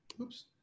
oops